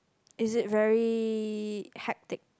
is it very hectic